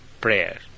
prayer